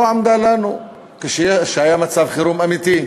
לא עמדה לנו כשהיה מצב חירום אמיתי,